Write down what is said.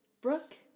Brooke